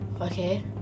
okay